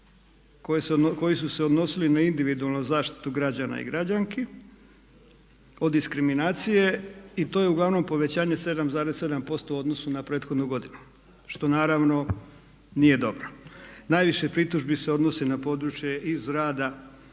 koji su se odnosili na individualnu zaštitu građana i građanki od diskriminacije i to je uglavnom povećanje 7,7% u odnosu na prethodnu godinu. Što naravno nije dobro. Najviše pritužbi se odnosi na područje iz rada